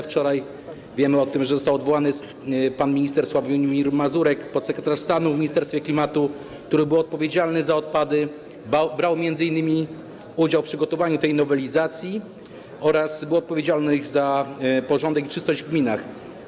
Wiemy o tym, że wczoraj został odwołany pan minister Sławomir Mazurek, podsekretarz stanu w Ministerstwie Klimatu, który był odpowiedzialny za odpady, brał m.in. udział w przygotowaniu tej nowelizacji oraz był odpowiedzialny za porządek i czystość w gminach.